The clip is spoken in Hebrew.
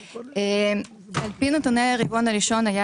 על-פי נתוני הרבעון הראשון,